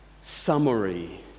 summary